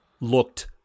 looked